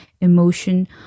emotion